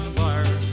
fire